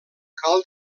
cal